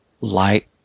light